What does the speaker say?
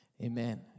Amen